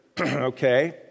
okay